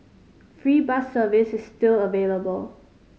free bus service is still available